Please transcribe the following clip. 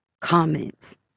comments